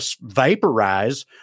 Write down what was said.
vaporize